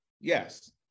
yes